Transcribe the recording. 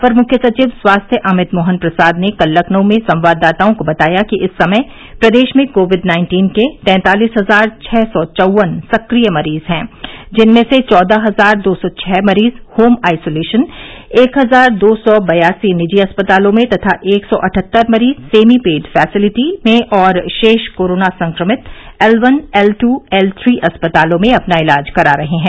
अपर मुख्य सचिव स्वास्थ्य अमित मोहन प्रसाद ने कल लखनऊ में संवाददाताओं को बताया कि इस समय प्रदेश में कोविड नाइन्टीन के तैंतालीस हजार छह सौ चौवन सक्रिय मरीज हैं जिनमें से चौदह हजार दो सौ छह मरीज होम आइसोलेशन एक हजार दो सौ बयासी निजी अस्पतालों में तथा एक सौ अठहत्तर मरीज सेमीपेड फैसिलिटी में और शेष कोरोना संक्रमित L one L two L three अस्पतालों में अपना इलाज करा रहे हैं